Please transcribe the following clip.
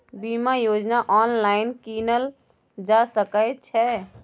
बीमा योजना ऑनलाइन कीनल जा सकै छै?